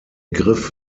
griff